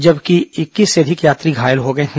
जबकि इक्कीस से अधिक यात्री घायल हो गए हैं